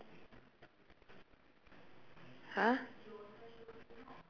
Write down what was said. !huh!